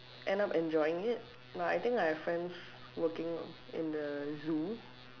end up enjoying it like I think have friends working in the zoo